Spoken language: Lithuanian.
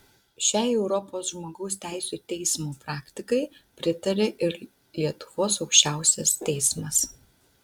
šiai europos žmogaus teisių teismo praktikai pritaria ir lietuvos aukščiausias teismas